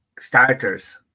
starters